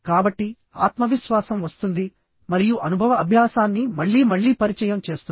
కాబట్టిఆత్మవిశ్వాసం వస్తుంది మరియు అనుభవ అభ్యాసాన్ని మళ్లీ మళ్లీ పరిచయం చేస్తుంది